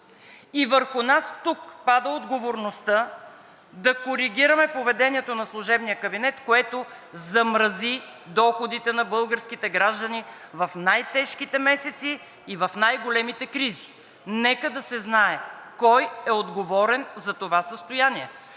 а върху нас тук пада отговорността да коригираме поведението на служебния кабинет, което замрази доходите на българските граждани в най-тежките месеци и в най големите кризи. Нека да се знае кой е отговорен за това състояние,